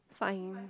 fine